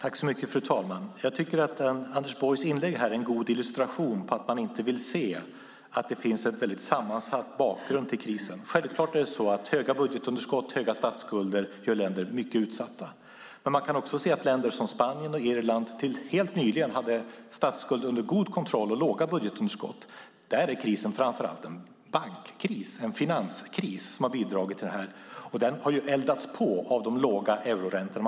Fru talman! Jag tycker att Anders Borgs inlägg utgör en god illustration av att man inte vill se att det finns en väldigt sammansatt bakgrund till krisen. Det är självklart att höga budgetunderskott och statsskulder gör länder utsatta. Till helt nyligen hade dock Spanien och Irland statsskulden under god kontroll och låga budgetunderskott. Där är krisen framför allt en bankkris, en finanskris. Den har eldats på av de låga euroräntorna.